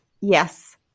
Yes